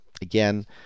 again